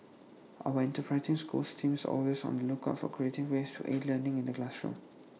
our enterprising schools team is always on the lookout for creative ways to aid learning in the classroom